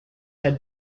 had